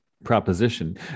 proposition